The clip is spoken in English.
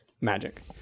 magic